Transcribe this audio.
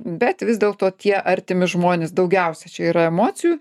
bet vis dėlto tie artimi žmonės daugiausia čia yra emocijų